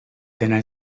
then